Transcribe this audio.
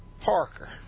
Parker